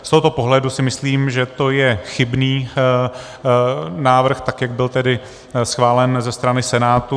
Z tohoto pohledu si myslím, že to je chybný návrh, tak jak byl schválen ze strany Senátu.